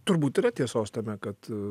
turbūt yra tiesos tame kad